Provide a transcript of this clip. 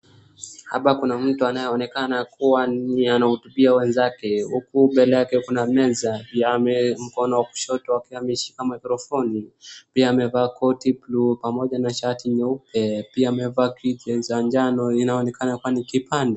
Hapa kuna mtu anayeonekana kuwa ni anahotubia wenzake huku mbele yake kuna meza na mkono wa kushoto akiwa ameshika mikrofoni, pia amevaa koti buluu pamoja na shati nyeupe, pia amevaa kitu za njano inayoonekana kuwa ni kipande.